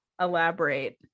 elaborate